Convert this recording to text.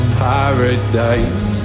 paradise